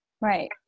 Right